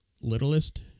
littlest